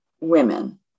women